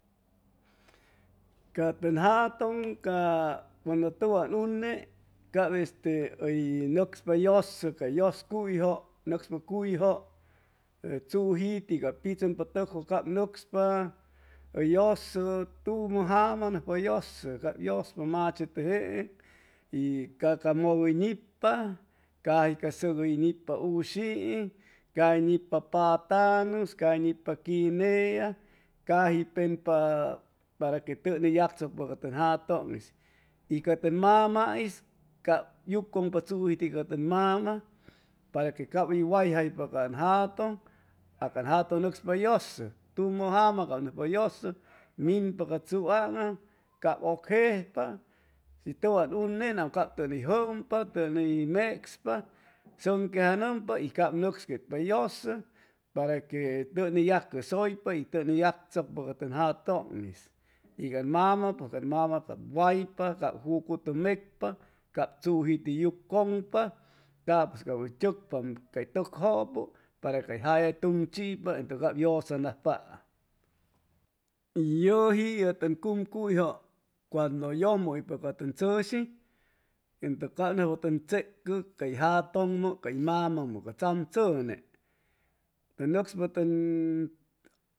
Ca tʉn jatʉŋ ca cuando tʉwan une cap este hʉy nʉcspa hʉy yʉsʉ cay yʉscuyjʉ nʉcspa cuyjʉ tzujiti cap pichʉmpa tʉkjʉ cap nʉcspa hʉy yʉsʉ tumʉ jama nʉcspa hʉy yʉsʉ tumʉ jama cap yʉspa machete jeeŋ ca mʉk hʉy nipa cai ca sʉc hʉy nipa ushiiŋ cai nipa patanus cai nipa quinea caji penpa para que tʉn hʉy yagchʉcpa ca ni jatʉŋ'is y ca tʉn mama'is cap yucʉŋpa chujiti ca tʉn mama para que cap hʉy wayjaypa can jatʉŋ a can jatʉŋ nʉcspa yʉsʉ tumʉ jama cap nʉcspahʉy yʉsʉ minpa ca tzuaŋam cap ʉcjejpa shi tʉwan unenam cap tʉn ni jʉmpa tʉn ni mecspa sʉnquejanʉmpa y cap nʉcsquetpa hʉy yʉsʉ para que tʉwan ni yacʉsʉypa y tʉn ni yagchʉcpa ca tun jatʉŋ'is y can mama pues can mama cap waypa cap jucutʉ mecpa cap tzujuti cucʉŋpa capʉs cap hʉy tzʉcpa am cay tʉkjʉpʉ para cay caja hʉy tuŋ chipa entʉ cap yʉsanajpa y yʉji ye tʉn cumcuyjʉ cuando yʉmʉ hʉypa ca tʉn chʉshi entʉ cap nʉcspa tʉn checʉ cay jatʉŋmʉ cay mamamʉ ca tzamchʉne nʉcspa tʉn